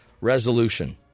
resolution